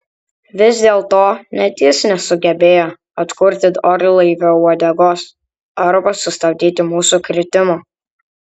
vis dėlto net jis nesugebėjo atkurti orlaivio uodegos arba sustabdyti mūsų kritimo